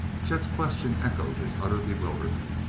chet's question echoed his utter bewilderment.